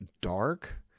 dark